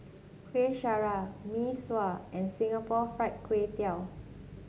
Kuih Syara Mee Sua and Singapore Fried Kway Tiao